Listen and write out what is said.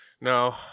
No